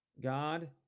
God